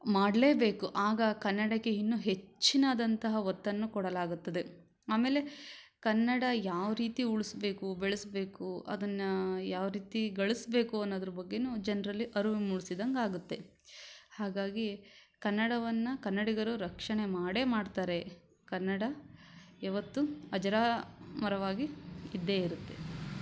ಮಾಡಲೇಬೇಕು ಆಗ ಕನ್ನಡಕ್ಕೆ ಇನ್ನೂ ಹೆಚ್ಚಿನಾದಂತಹ ಒತ್ತನ್ನು ಕೊಡಲಾಗುತ್ತದೆ ಆಮೇಲೆ ಕನ್ನಡ ಯಾವ ರೀತಿ ಉಳಿಸಬೇಕು ಬೆಳೆಸಬೇಕು ಅದನ್ನು ಯಾವ ರೀತಿ ಗಳಿಸಬೇಕು ಅನ್ನೋದರ ಬಗ್ಗೆಯೂ ಜನರಲ್ಲಿ ಅರಿವು ಮೂಡಿಸಿದಂಗಾಗುತ್ತೆ ಹಾಗಾಗಿ ಕನ್ನಡವನ್ನು ಕನ್ನಡಿಗರು ರಕ್ಷಣೆ ಮಾಡೇ ಮಾಡ್ತಾರೆ ಕನ್ನಡ ಯಾವತ್ತೂ ಅಜರಾಮರವಾಗಿ ಇದ್ದೇ ಇರತ್ತೆ